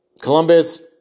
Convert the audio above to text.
Columbus